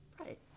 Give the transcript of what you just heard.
right